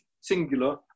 singular